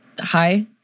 Hi